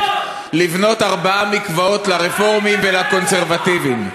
לבנות ארבעה מקוואות לרפורמים ולקונסרבטיבים.